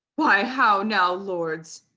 why how now lords?